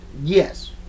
Yes